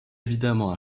évidemment